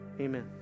amen